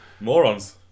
Morons